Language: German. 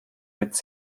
mit